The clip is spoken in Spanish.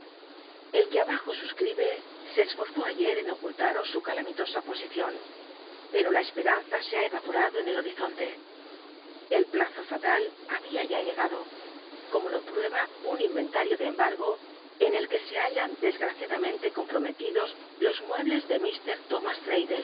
el que abajo suscribe se esforzó ayer en ocultao l l esperanza se ros su cala mi losa posicion per ha eva por ado en el horir onle el plaw fatal babia y t llegado como lo wueba un inyentario de embargo en el que e hallan desgtaciadamentc comprometidos los muebles de